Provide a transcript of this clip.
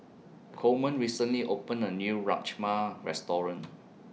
Coleman recently opened A New Rajma Restaurant